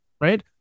right